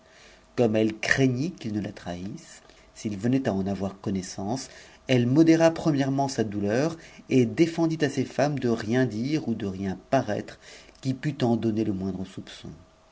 comme elle craignit qu'ils ne la trahis sent s'ils venaient à en avoir connaissance elle modéra premièrement sa douleur et défendit à ses femmes de rien dire ou de rien faire paraître qui pût en donner le moindre soupçon